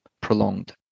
prolonged